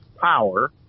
power